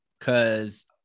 Cause